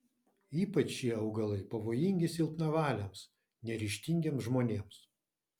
ypač šie augalai pavojingi silpnavaliams neryžtingiems žmonėms